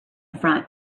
front